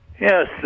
Yes